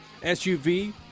SUV